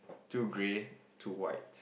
two grey two whites